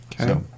Okay